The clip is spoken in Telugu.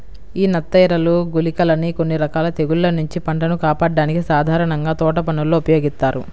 యీ నత్తఎరలు, గుళికలని కొన్ని రకాల తెగుల్ల నుంచి పంటను కాపాడ్డానికి సాధారణంగా తోటపనుల్లో ఉపయోగిత్తారు